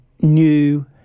new